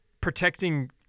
protecting